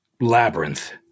Labyrinth